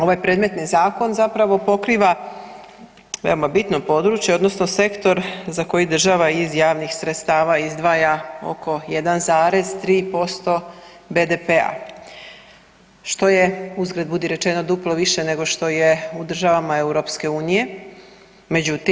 Ovaj predmetni Zakon, zapravo pokriva veoma bitno područje, odnosno sektor za koji država iz javnih sredstava izdvaja oko 1,3% BDP-a, što je, uzgred budi rečeno, duplo više nego što je u državama Europske unije.